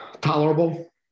tolerable